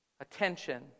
attention